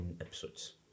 episodes